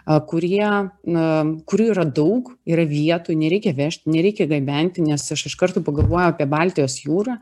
a kurie a kurių yra daug yra vietoj nereikia vežt nereikia gabenti nes aš iš karto pagalvojau apie baltijos jūrą